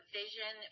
vision